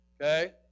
Okay